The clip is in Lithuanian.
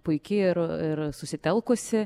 puiki ir ir susitelkusi